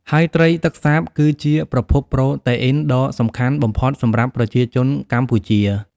ហើយត្រីទឹកសាបគឺជាប្រភពប្រូតេអ៊ីនដ៏សំខាន់បំផុតសម្រាប់ប្រជាជនកម្ពុជា។